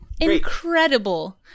incredible